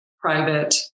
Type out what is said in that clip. private